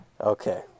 Okay